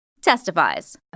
testifies